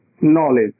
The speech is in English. knowledge